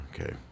okay